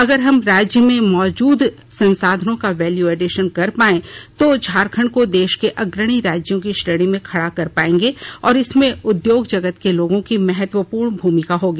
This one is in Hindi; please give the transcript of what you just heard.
अगर हम राज्य में मौजूद संसाधनों का वैल्यू एडीशन कर पायें तो झारखण्ड को देश के अग्रणी राज्यों की श्रेणी में खड़ा कर पायेंगें और इसमें उद्योग जगत के लोगों की महत्वपूर्ण भूमिका होगी